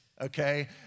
okay